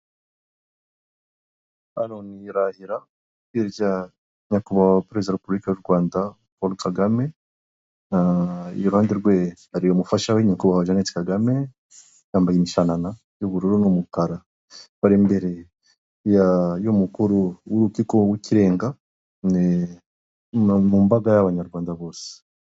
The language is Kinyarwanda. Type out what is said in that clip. Aroni yarahira irya nyakubahwa perezida wa repubulika yu u Rwanda Paul Kagame i ruhande rwe hari umufasha we nyakubahwa Jeannette Kagame yambaye imishanana y'ubururu n'umukara bari imbere ya y'umukuru w'urukiko w'ikirenga ni ni mumbaga y'abanyarwanda bose.